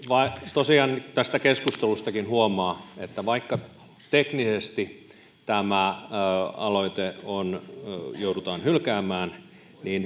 tosiaan tästä keskustelustakin huomaa että vaikka teknisesti tämä aloite joudutaan hylkäämään niin